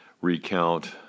recount